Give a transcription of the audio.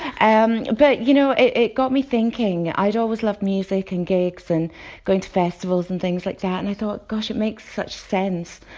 but you know it it got me thinking i'd always loved music and gigs and going to festivals and things like that and i thought gosh it makes such sense,